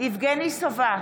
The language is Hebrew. יבגני סובה,